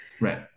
Right